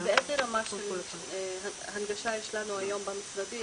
איזה רמה של הנגשה יש לנו היום במשרדים.